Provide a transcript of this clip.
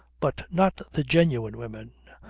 but not the genuine women.